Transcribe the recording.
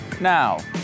now